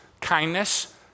kindness